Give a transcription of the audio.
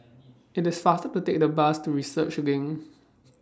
IT IS faster to Take The Bus to Research LINK